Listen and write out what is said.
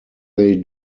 they